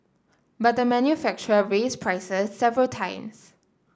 but the manufacturer raised prices several times